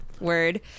word